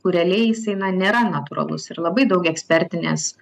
kur realiai jisai na nėra natūralus ir labai daug ekspertinės